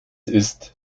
ist